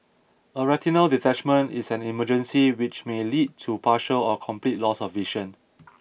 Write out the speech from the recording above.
a retinal detachment is an emergency which may lead to partial or complete loss of vision